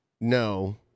No